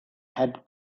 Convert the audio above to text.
had